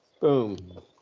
boom